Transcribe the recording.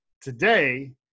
today